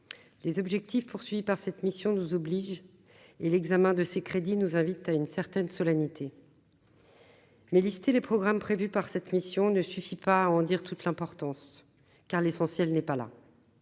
les objectifs poursuivis par cette mission nous oblige et l'examen de ces crédits nous invite à une certaine solennité. Mais lister les programmes prévus par cette mission ne suffit pas en dire toute l'importance, car l'essentiel n'est pas là